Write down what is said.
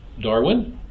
Darwin